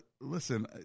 listen